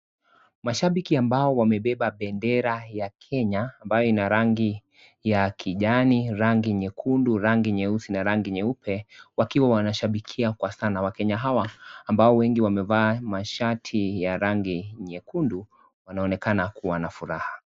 Mashabiki ambao wamebeba bendera ya Kenya ambayo ina rangi ya kijani, rangi nyekundu, rangi nyeusi na rangi nyeupe wakiwa wanashabikia kwa sana Wakenya hawa ambao wengi wamevaa mashati ya rangi nyekundu wanaonekana kuwa na furaha.